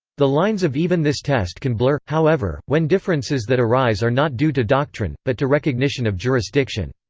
the lines of even this test can blur, however, when differences that arise are not due to doctrine, but to recognition of jurisdiction.